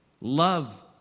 Love